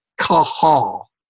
kahal